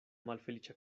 malfeliĉa